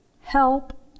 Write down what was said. help